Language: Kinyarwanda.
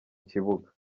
kibuga